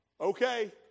Okay